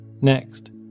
Next